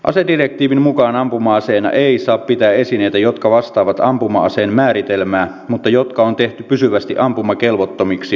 asedirektiivin mukaan ampuma aseena ei saa pitää esineitä jotka vastaavat ampuma aseen määritelmää mutta jotka on tehty pysyvästi ampumakelvottomiksi deaktivoimalla